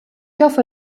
hoffe